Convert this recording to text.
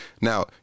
Now